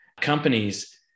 companies